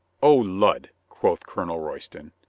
oh, lud, quoth colonel royston.